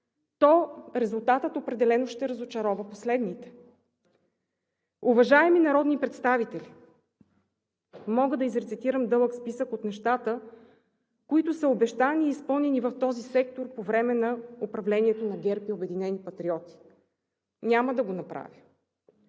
за България“: „От Вашата група, да.“) Уважаеми народни представители, мога да изрецитирам дълъг списък от нещата, които са обещани и изпълнени в този сектор по време на управлението на ГЕРБ и „Обединени патриоти“. Няма да го направя.